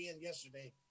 yesterday